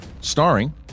starring